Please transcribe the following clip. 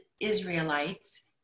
israelites